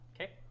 Okay